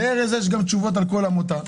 ולארז יש תשובות על כל עומתה,